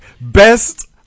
best